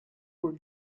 were